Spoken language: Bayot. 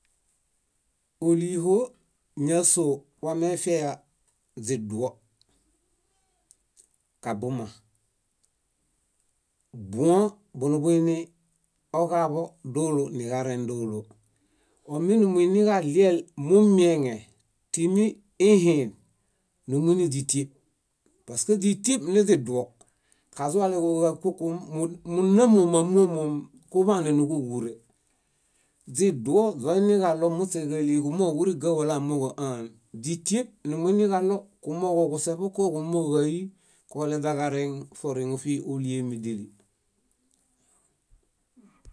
. Óliho, ñásoo, wamefiaya źiduo, kabuma. Buõ bóo nuḃuini oġaḃo dólo niġarẽ dólo. Ominumuiġaɭiel mumieŋe, timi ihin, númuiniźitieb pask źítieeb niźiduo kazualeġoġákokom múnamomamomom kuḃaane núġuġure. Źiduo źoiniġaɭo muśeġaliġumooġoġuriga muśe áan. Źitueb numuiniġaɭo kumooġo kúse ṗoko, kumooġo ái koleźaġareŋ foriŋo fíhioliemidili.